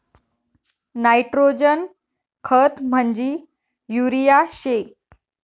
nitrogen खत म्हंजी urea शे